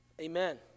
Amen